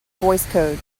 voicecode